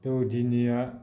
दौदिनिया